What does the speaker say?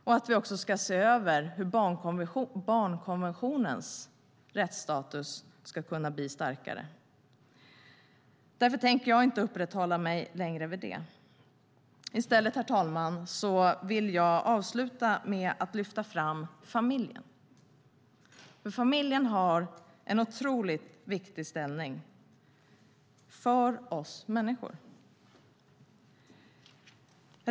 Det handlar också om att vi ska se över hur barnkonventionens rättsstatus ska kunna bli starkare. Därför tänker jag inte uppehålla mig längre vid det. Herr talman! I stället vill jag avsluta med att lyfta fram familjen. Familjen har nämligen en otroligt viktig ställning för oss människor.